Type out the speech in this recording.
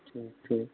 ठीक फिर